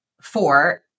four